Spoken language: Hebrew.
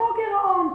אותו גירעון,